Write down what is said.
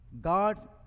God